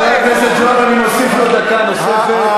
חבר הכנסת זוהר, אני מוסיף לו דקה נוספת.